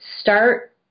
start